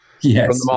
Yes